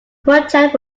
project